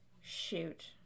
shoot